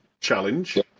challenge